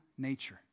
nature